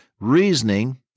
Reasoning